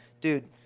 dude